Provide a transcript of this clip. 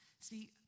See